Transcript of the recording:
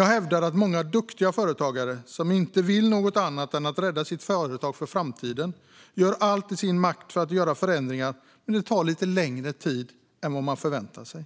Jag hävdar att många duktiga företagare, som inte vill annat än att rädda sitt företag för framtiden, gör allt i sin makt för att göra förändringarna, men det tar lite längre tid än man förväntar sig.